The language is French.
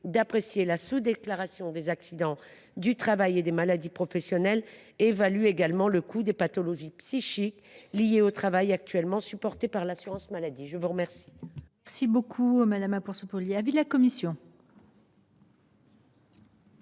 d’apprécier la sous déclaration des accidents du travail et des maladies professionnelles évalue également le coût des pathologies psychiques liées au travail, actuellement supportées par l’assurance maladie. Quel